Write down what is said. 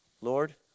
Lord